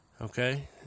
Okay